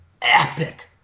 epic